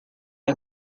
who